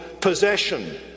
possession